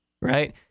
Right